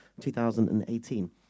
2018